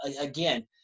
again